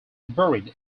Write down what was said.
buried